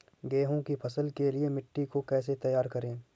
गेहूँ की फसल के लिए मिट्टी को कैसे तैयार करें?